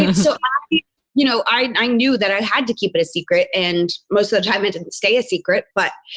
and so. ah you you know, i i knew that i had to keep it a secret. and most of the time, it didn't stay a secret. but